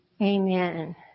Amen